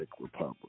republic